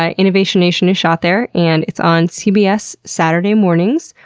ah innovation nation is shot there and it's on cbs saturday mornings,